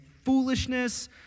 foolishness